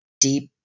deep